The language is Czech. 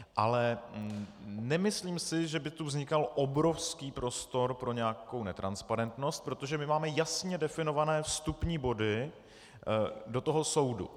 Ale nemyslím si, že by tu vznikal obrovský prostor pro nějakou netransparentnost, protože máme jasně definované vstupní body do soudu.